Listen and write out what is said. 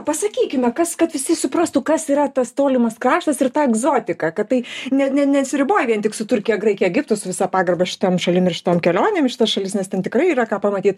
pasakykime kas kad visi suprastų kas yra tas tolimas kraštas ir ta egzotika kad tai ne ne nesiriboja vien tik su turkija graikija egiptu su visa pagarba šitom šalim ir šitom kelionėm į šitas šalis nes ten tikrai yra ką pamatyt